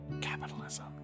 capitalism